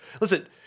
Listen